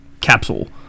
capsule